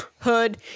Hood